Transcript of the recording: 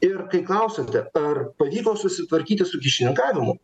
ir kai klausiate ar pavyko susitvarkyti su kyšininkavimu